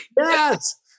Yes